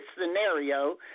scenario